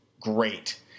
great